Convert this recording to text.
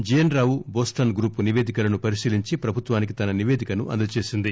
GN Rao Boston group నివేదికలను పరిశీలించి ప్రభుత్నానికి తన నిపేదికను అందజేసింది